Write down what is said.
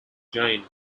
jane